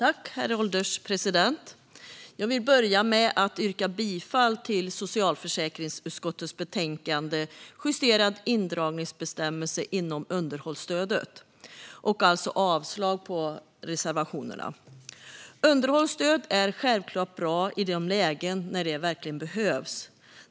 Herr ålderspresident! Jag vill börja med att yrka bifall till socialförsäkringsutskottets förslag i betänkandet Justerad indragningsbestämmelse inom underhållsstödet och avslag på reservationerna. Underhållsstöd är självklart bra i de lägen det verkligen behövs.